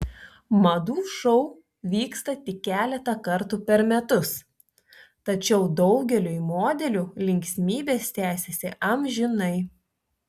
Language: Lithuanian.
madų šou vyksta tik keletą kartų per metus tačiau daugeliui modelių linksmybės tęsiasi amžinai